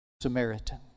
Samaritan